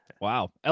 Wow